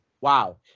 Wow